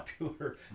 popular